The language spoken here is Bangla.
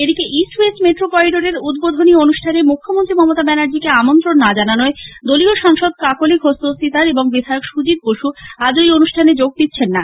এদিকে ইস্ট ওয়েস্ট মেট্রো করিডরের উদ্বোধনী অনুষ্ঠানে মুখ্যমন্ত্রী মমতা ব্যানার্জিকে আমন্ত্রণ না জানানোয় দলীয় সাংসদ কাকলী ঘোষ দস্তিদার এবং বিধায়ক সৃজিত বসু আজ ঐ অনুষ্ঠানে যোগ দিচ্ছেন না